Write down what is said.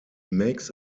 makes